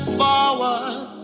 forward